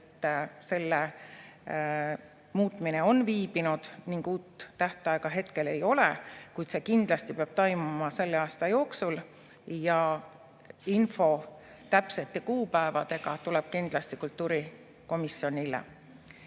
selle muutmine on viibinud ning uut tähtaega hetkel ei ole, kuid see kindlasti peab toimuma selle aasta jooksul ja info täpsete kuupäevadega tuleb kindlasti kultuurikomisjonile.